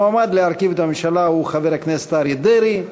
המועמד להרכיב את הממשלה הוא חבר הכנסת אריה דרעי.